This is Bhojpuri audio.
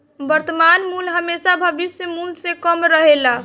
वर्तमान मूल्य हेमशा भविष्य मूल्य से कम रहेला